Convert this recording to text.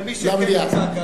אם אין לכם הצבעות,